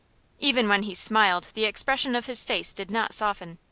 even when he smiled the expression of his face did not soften.